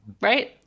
right